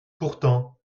pourtant